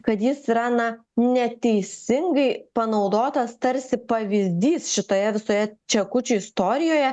kad jis yra na neteisingai panaudotas tarsi pavyzdys šitoje visoje čekučių istorijoje